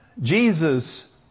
Jesus